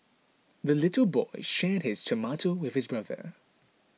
the little boy shared his tomato with his brother